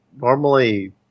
normally